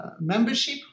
membership